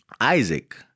Isaac